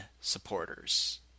supporters